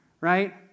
right